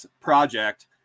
Project